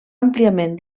àmpliament